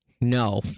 No